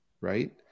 right